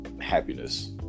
happiness